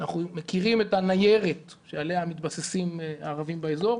אנחנו מכירים את הניירת עליה מתבססים הערבים באזור.